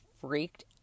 freaked